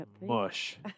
mush